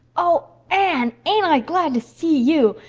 oh, anne, ain't i glad to see you!